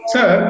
Sir